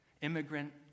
immigrant